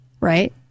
Right